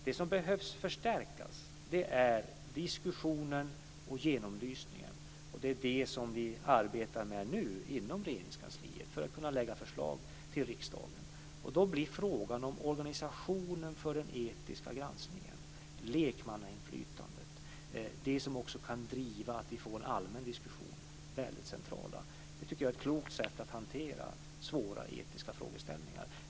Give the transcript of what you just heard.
Det som behöver förstärkas är diskussionen och genomlysningen, och det är det som vi arbetar med nu inom Regeringskansliet för att kunna lägga fram förslag inför riksdagen om. Då blir frågorna om organisationen av den etiska granskningen och lekmannainflytandet - det som också kan göra att vi får en allmän diskussion - väldigt centrala. Det tycker jag är ett klokt sätt att hantera svåra etiska frågeställningar på.